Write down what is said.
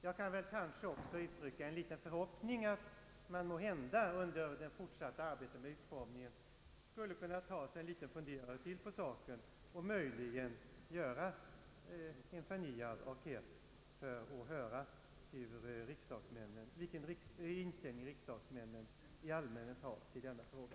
Jag kan väl också uttrycka en liten förhoppning att man under det fortsatta arbetet med utformningen skulle kunna ta sig ännu en funderare på saken och möjligen göra en förnyad enkät för att få höra vilken inställning riksdagsmännen i allmänhet har till denna fråga.